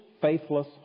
faithless